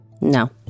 No